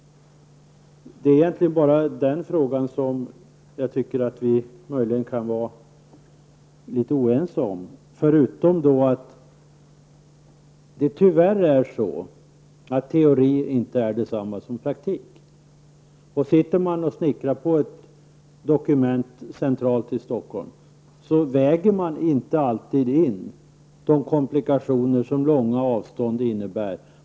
Det är egentligen bara beträffande den frågan som jag tycker att vi kanske är litet oense, förutom att teori tyvärr inte är detsamma som praktik. Sitter man centralt i Stockholm och snickrar på ett dokument väger man inte alltid in de komplikationer som långa avstånd innebär.